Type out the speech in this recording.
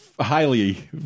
highly